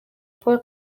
paul